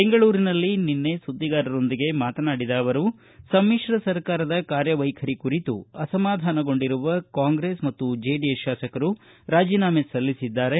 ಬೆಂಗಳೂರಿನಲ್ಲಿ ನಿನ್ನೆ ಸುದ್ಗಿಗಾರರೊಂದಿಗೆ ಮಾತನಾಡಿದ ಅವರು ಸಮಿತ್ರ ಸರ್ಕಾರದ ಕಾರ್ಯವೈಖರಿ ಕುರಿತು ಅಸಮಾಧಾನಗೊಂಡಿರುವ ಕಾಂಗ್ರೆಸ್ ಮತ್ತು ಜೆಡಿಎಸ್ ಶಾಸಕರು ರಾಜೀನಾಮೆ ಸಲ್ಲಿಸಿದ್ದಾರೆ